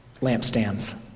lampstands